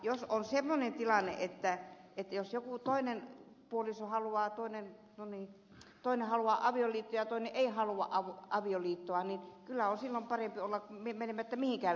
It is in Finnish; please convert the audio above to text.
jos on semmoinen tilanne että toinen puoliso haluaa avioliittoa ja toinen ei halua avioliittoa niin kyllä on silloin parempi olla menemättä mihinkään liittoon